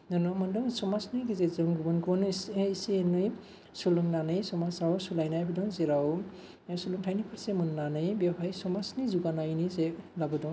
नुनो मोन्दों समाजनि गेजेरजों गुबुन गुबुन एसे एनै सोलोंनानै समाजाव सोलायनाय नुदों जेराव सोलोंथायनि फारसे मोननानै बेवहाय समाजनि जौगानायनि जे लाबोदों